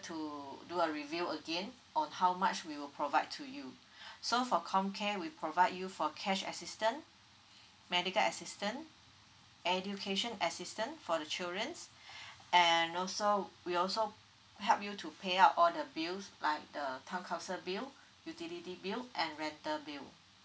to do a review again on how much we will provide to you so for COMCARE we provide you for cash assistant medical assistant education assistant for the children's and also we also help you to pay out all the bills like the town council bill utility bill and rental bill